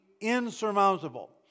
insurmountable